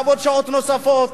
לעבוד שעות נוספות.